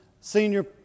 senior